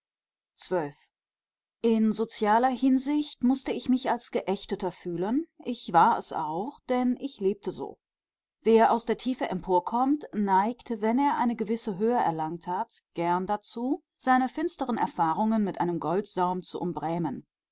in sozialer hinsicht mußte ich mich als geächteter fühlen ich war es auch denn ich lebte so wer aus der tiefe emporkommt neigt wenn er eine gewisse höhe erlangt hat gern dazu seine finsteren erfahrungen mit einem goldsaum zu umbrämen